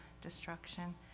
destruction